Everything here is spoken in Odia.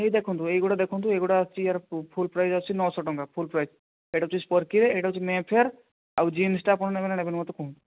ଏଇ ଦେଖନ୍ତୁ ଏଗୁଡ଼ାକ ଦେଖନ୍ତୁ ଏଗୁଡ଼ାକ ଆସୁଛି ଏଆର ଫୁଲ୍ ପ୍ରାଇସ୍ ଆସୁଛି ନଅଶହଟଙ୍କା ଏଇଟା ହେଉଛି ସ୍ପରକିରେ ସେଇଟା ହେଉଛି ମେଫ୍ଲେୟାର ଆଉ ଜିନ୍ସ ଟା ଆପଣ ନେବେ ନା ନେବେନି ମୋତେ କୁହନ୍ତୁ